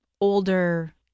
older